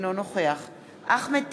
אינו נוכח אחמד טיבי,